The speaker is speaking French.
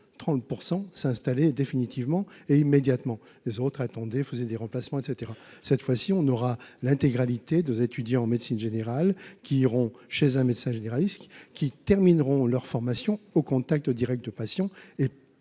30 % s'installer définitivement et immédiatement les autres attendaient faisait des remplacements et caetera, cette fois-ci, on aura l'intégralité des étudiants en médecine générale qui iront chez un médecin généraliste qui termineront leur formation au contact Direct de patients et